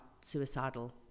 suicidal